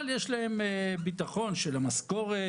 אבל יש להם ביטחון של המשכורת,